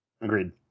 Agreed